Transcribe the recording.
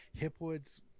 Hipwood's